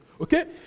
Okay